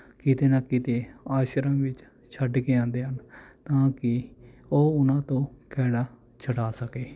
ਕਿਤੇ ਨਾ ਕਿਤੇ ਆਸ਼ਰਮ ਵਿੱਚ ਛੱਡ ਕੇ ਆਉਂਦੇ ਹਨ ਤਾਂ ਕਿ ਉਹ ਉਨ੍ਹਾਂ ਤੋਂ ਖਹਿੜਾ ਛੁਡਾ ਸਕੇ